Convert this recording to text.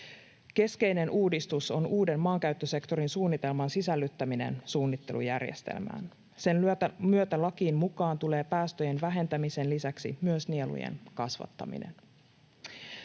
Keskeinen uudistus on uuden maankäyttösektorin suunnitelman sisällyttäminen suunnittelujärjestelmään. Sen myötä lakiin tulee mukaan päästöjen vähentämisen lisäksi myös nielujen kasvattaminen.